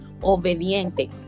obediente